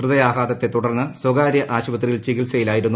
ഹൃദയാഘാതത്തെ തുടർന്ന് സ്വകാര്യ ആശുപത്രിയിൽ ചികിത്സയിൽ ആയിരുന്നു